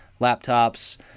laptops